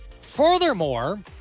Furthermore